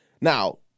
now